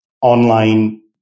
online